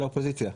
על האופוזיציה.